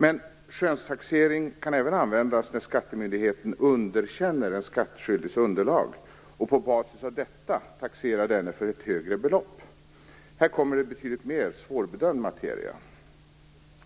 Men skönstaxering kan även användas när skattemyndigheten underkänner den skattskyldiges underlag och på basis av detta taxera denne för ett högre belopp. Här blir det betydligt mer svårbedömd materia.